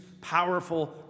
powerful